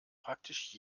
praktisch